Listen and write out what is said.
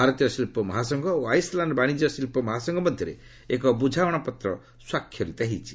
ଭାରତୀୟ ଶିଳ୍ପ ମହାସଂଘ ଓ ଆଇସ୍ଲ୍ୟାଣ୍ଡ୍ ବାଶିଜ୍ୟ ଶିଳ୍ପ ମହାସଂଘ ମଧ୍ୟରେ ଏକ ବୁଝାମଣା ପତ୍ର ସ୍ୱାକ୍ଷରିତ ହୋଇଛି